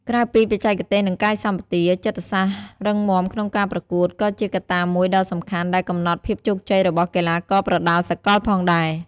ក្រៅពីបច្ចេកទេស និងកាយសម្បទា ចិត្តសាស្ត្ររឹងមាំក្នុងការប្រកួត ក៏ជាកត្តាមួយដ៏សំខាន់ដែលកំណត់ភាពជោគជ័យរបស់កីឡាករប្រដាល់សកលផងដែរ។